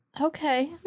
Okay